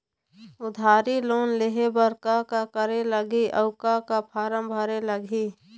उधारी लोन लेहे बर का का करे लगही अऊ का का फार्म भरे लगही?